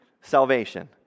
salvation